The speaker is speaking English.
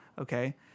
Okay